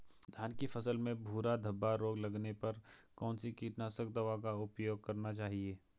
धान की फसल में भूरा धब्बा रोग लगने पर कौन सी कीटनाशक दवा का उपयोग करना चाहिए?